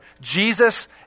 Jesus